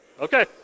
Okay